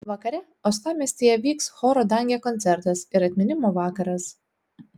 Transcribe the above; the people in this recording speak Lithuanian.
vakare uostamiestyje vyks choro dangė koncertas ir atminimo vakaras